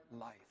life